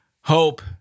Hope